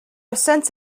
sense